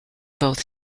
both